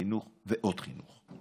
חינוך ועוד חינוך.